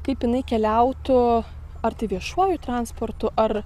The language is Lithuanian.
kaip jinai keliautų ar tai viešuoju transportu ar